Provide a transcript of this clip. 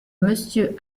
monsieur